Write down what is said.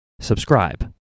subscribe